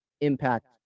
impact